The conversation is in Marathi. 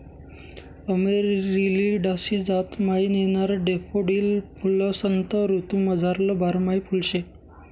अमेरिलिडासी जात म्हाईन येणारं डैफोडील फुल्वसंत ऋतूमझारलं बारमाही फुल शे